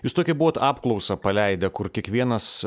jūs tokią buvot apklausą paleidę kur kiekvienas